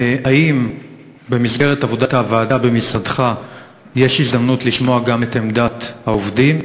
האם במסגרת עבודת הוועדה במשרדך יש הזדמנות לשמוע גם את עמדת העובדים,